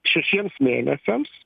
šešiems mėnesiams